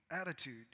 attitude